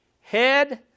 Head